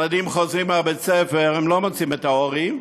כשהילדים חוזרים מבית-הספר הם לא מוצאים את ההורים,